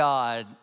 God